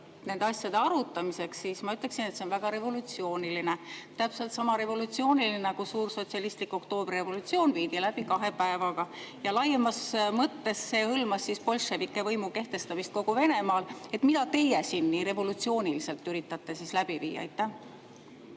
nende asjade arutamiseks, siis ma ütleksin, et see on väga revolutsiooniline. Täpselt sama revolutsiooniline, nagu suur sotsialistlik oktoobrirevolutsioon viidi läbi kahe päevaga, ja laiemas mõttes see hõlmas bolševike võimu kehtestamist kogu Venemaal. Mida teie siin nii revolutsiooniliselt üritate läbi viia?